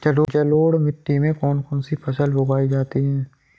जलोढ़ मिट्टी में कौन कौन सी फसलें उगाई जाती हैं?